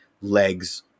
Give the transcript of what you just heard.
legs